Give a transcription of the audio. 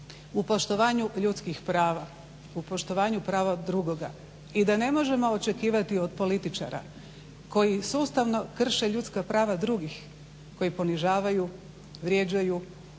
poštovanju ljudskih prava, u poštovanju prava drugoga i da ne možemo očekivati od političara koji sustavno krše ljudska prava drugih, koji ponižavaju, vrijeđaju,